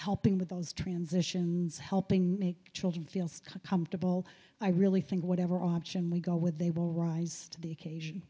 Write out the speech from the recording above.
helping with those transitions helping make children feel comfortable i really think whatever option we go with they will rise to the occasion